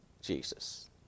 Jesus